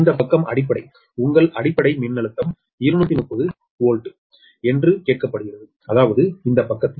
இந்த பக்கம் அடிப்படை உங்கள் அடிப்படை மின்னழுத்தம் 230 வோல்ட் என்று கேட்கப்படுகிறது அதாவது இந்த பக்கத்தில்